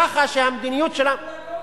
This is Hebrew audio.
כך שהמדיניות של, תבנו לגובה.